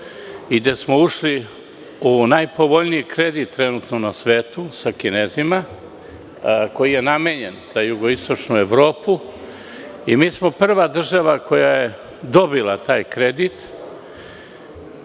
smo u najpovoljniji kredit trenutno na svetu sa Kinezima, koji je namenjen za jugoistočnu Evropu. Mi smo prva država koja je dobila taj kredit